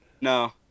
No